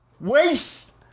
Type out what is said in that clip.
Waste